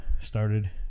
started